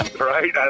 Right